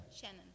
Shannon